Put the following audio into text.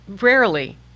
Rarely